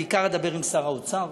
בעיקר אדבר עם שר האוצר.